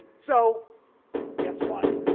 so guess what?